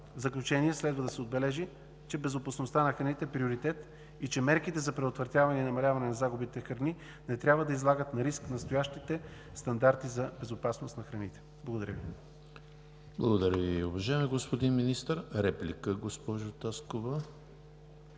В заключение следва да се отбележи, че безопасността на храните е приоритет и че мерките за предотвратяване и намаляване на загубите на храни не трябва да излагат на риск настоящите стандарти за безопасност на храните. Благодаря Ви.